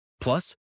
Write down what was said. Plus